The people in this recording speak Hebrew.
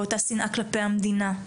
באותה שנאה כלפי המדינה,